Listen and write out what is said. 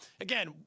again